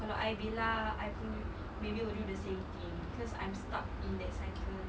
kalau I Bella I pun maybe will do the same thing cause I'm stuck in that cycle